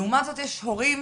לעומת זאת יש הורים